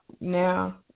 now